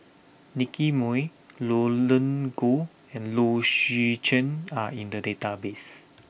Nicky Moey Roland Goh and Low Swee Chen are in the database